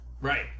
right